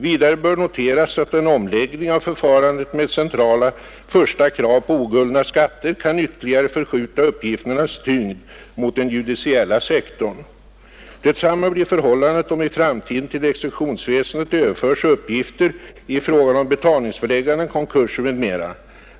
Vidare bör noteras att en omläggning av förfarandet med centrala första krav på oguldna skatter kan ytterligare förskjuta uppgifternas tyngd mot den judiciella sektorn. Detsamma blir förhållandet om i framtiden till exekutionsväsendet överförs uppgifter i fråga om betalningsförelägganden, konkurser m.m.